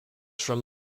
from